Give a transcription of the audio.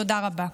תודה רבה.